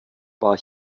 war